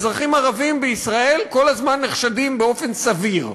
אזרחים ערבים בישראל כל הזמן נחשדים באופן סביר.